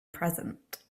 present